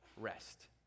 rest